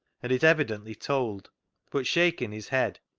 and it evidently told but, shaking his head,